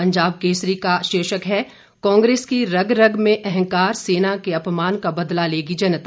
पंजाब केसरी का शीर्षक है कांग्रेस की रग रग में अंहकार सेना के अपमान का बदला लेगी जनता